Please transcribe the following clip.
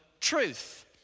truth